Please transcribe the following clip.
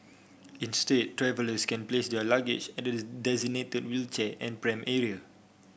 instead travellers can place their luggage at the designated wheelchair and pram area